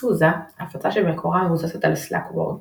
סוזה, הפצה שבמקורה מבוססת על סלאקוור,